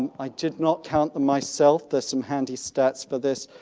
i did not count myself. there's some handy stats for this.